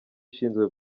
ishinzwe